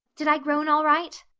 did i groan all right?